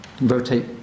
rotate